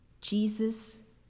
Jesus